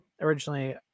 originally